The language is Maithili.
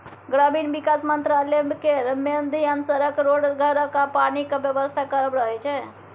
ग्रामीण बिकास मंत्रालय केर मेन धेआन सड़क, रोड, घरक आ पानिक बेबस्था करब रहय छै